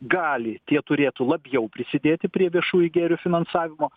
gali tie turėtų labjau prisidėti prie viešųjų gėrio finansavimo